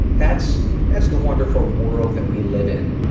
that's that's the wonderful world that we live in.